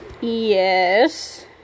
Yes